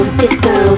disco